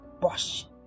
Bosh